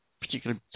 particular